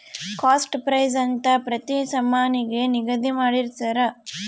cost price ಅಂತ ಪ್ರತಿ ಸಾಮಾನಿಗೆ ನಿಗದಿ ಮಾಡಿರ್ತರ